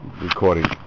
recording